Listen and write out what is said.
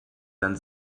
dann